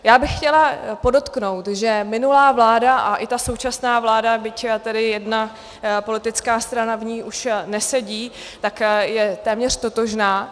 Já bych chtěla podotknout, že minulá vláda a i ta současná vláda, byť tedy jedna politická strana v ní už nesedí, tak je téměř totožná.